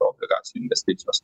obligacijų investicijos